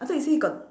I thought you say got